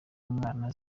umwana